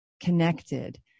connected